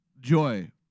Joy